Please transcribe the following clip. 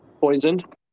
poisoned